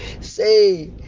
Say